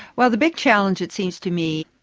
well, the big challenge, it seems to me,